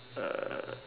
uh